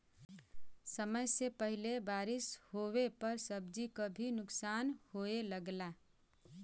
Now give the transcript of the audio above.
समय से पहिले बारिस होवे पर सब्जी क भी नुकसान होये लगला